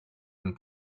been